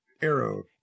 Arrow